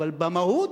אבל במהות,